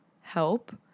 help